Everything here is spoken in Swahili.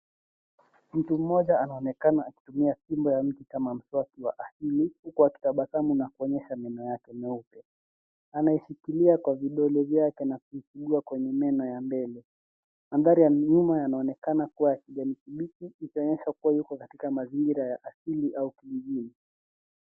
Mtu mmoja anaonekana anatumia fimbo ya mti kama mswaki wa asili, huku akitabasamu na kuonyesha meno yake meupe. Anaishikilia kwa vidole vyake na kuisugua kwenye meno ya mbele. Mandhari ya nyuma yanaonekana kuwa ya kijani kibichi. ikionyesha kuwa yuko katika mazingira ya asili au kijijini.